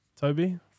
Toby